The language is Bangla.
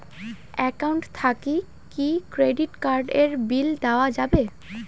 একাউন্ট থাকি কি ক্রেডিট কার্ড এর বিল দেওয়া যাবে?